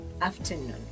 afternoon